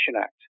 Act